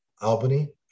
Albany